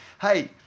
hey